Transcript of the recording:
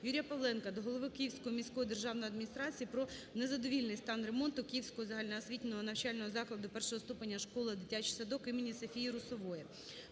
Юрія Павленка до голови Київської міської державної адміністрації про незадовільний стан ремонту Київського загальноосвітнього навчального закладу І ступеня "Школа-дитячий садок імені Софії Русової".